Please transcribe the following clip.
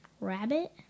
Rabbit